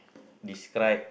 describe